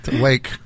Wake